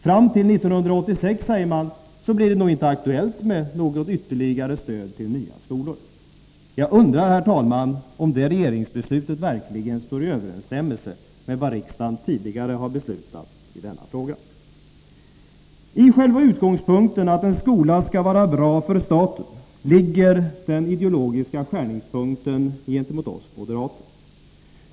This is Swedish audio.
Fram till 1986 blir det nog inte aktuellt med något ytterligare stöd till nya skolor, säger man. Jag undrar, herr talman, om det regeringsbeslutet verkligen står i överensstämmelse med vad riksdagen tidigare har beslutat i denna fråga. I själva utgångspunkten, att en skola skall vara bra för staten, ligger den ideologiska skärningspunkten gentemot oss moderater.